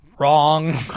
Wrong